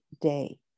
day